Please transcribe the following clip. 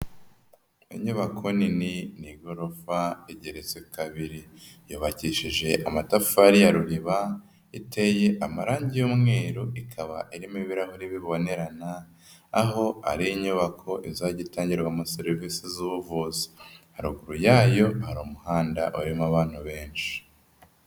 Inyubako nini ,ni igorofa igeretse kabiri. Yubakishije amatafari ya Ruliba, iteye amarangi y'umweru ,ikaba irimo ibirahure bibonerana, aho ari inyubako izajya itangirwamo serivisi z'ubuvuzi. Haruguru yayo hari umuhanda urimo abantu benshi.